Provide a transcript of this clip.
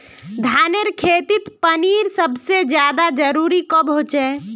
धानेर खेतीत पानीर सबसे ज्यादा जरुरी कब होचे?